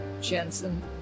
Jensen